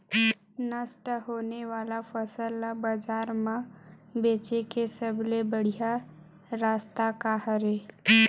नष्ट होने वाला फसल ला बाजार मा बेचे के सबले बढ़िया रास्ता का हरे?